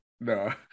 No